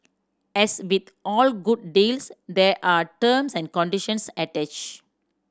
as with all good deals there are terms and conditions attached